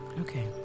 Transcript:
Okay